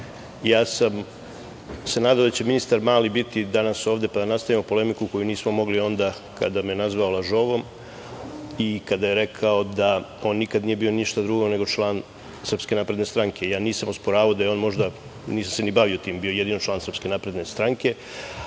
Ja sam se nadao da će ministar Mali biti danas ovde, pa da nastavimo polemiku koju nismo mogli onda kada me je nazvao lažovom i kada je rekao da on nikada nije bio ništa drugo nego član SNS. Ja nisam osporavao da je on možda, nisam se ni bavio tim, bio jedino član SNS, ali ono što